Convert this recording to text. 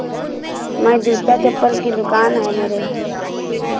मैं जूता चप्पल की दुकान है मेरे